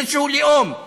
לאיזה לאום,